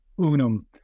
unum